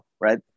right